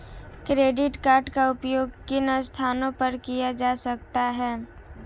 Credit card का उपयोग किन स्थानों पर किया जा सकता है?